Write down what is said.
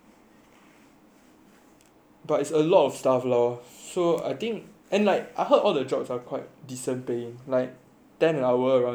but it's a lot of stuff loh so I think and like I heard other jobs are quite decent paying like ten dollar an hour around that that's quite good ah